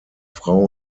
frau